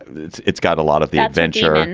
it's it's got a lot of the adventure.